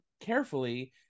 carefully